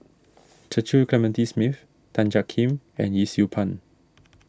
Clementi Smith Tan Jiak Kim and Yee Siew Pun